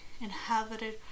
inhabited